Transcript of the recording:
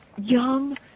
young